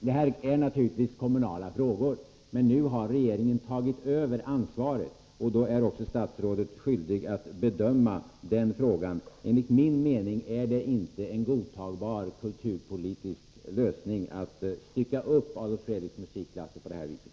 Det här är naturligtvis kommunala frågor, men nu har regeringen tagit över ansvaret, och då är också statsrådet skyldig att bedöma den frågan. Enligt min mening är det inte en godtagbar kulturpolitisk lösning att stycka upp Adolf Fredriks musikklasser på det här viset.